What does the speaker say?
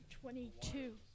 Twenty-two